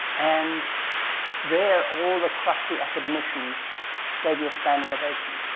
and there all the crusty academicians gave you are standing ovation.